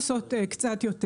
רק שיכניסו אותנו להאסי.